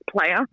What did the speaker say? player